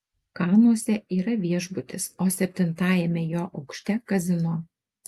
kanuose yra viešbutis o septintajame jo aukšte kazino